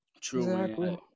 True